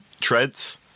treads